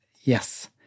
yes